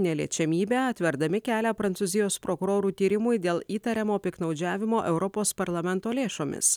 neliečiamybę atverdami kelią prancūzijos prokurorų tyrimui dėl įtariamo piktnaudžiavimo europos parlamento lėšomis